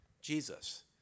Jesus